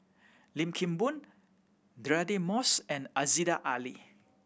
Lim Kim Boon Deirdre Moss and Aziza Ali